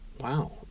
wow